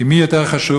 כי מי יותר חשוב?